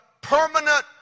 permanent